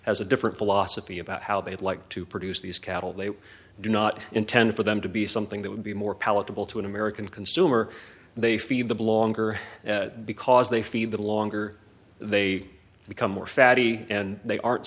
has a different philosophy about how they'd like to produce these cattle they do not intend for them to be something that would be more palatable to an american consumer they feed the longer because they feed the longer they become more fatty and they are